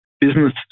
business